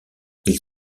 ils